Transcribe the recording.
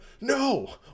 no